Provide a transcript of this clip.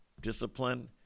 discipline